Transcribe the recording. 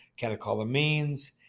catecholamines